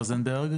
רוזנברג,